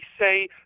say